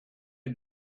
you